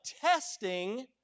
testing